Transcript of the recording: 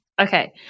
Okay